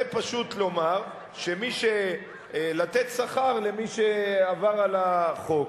זה פשוט לומר, לתת שכר למי שעבר על החוק.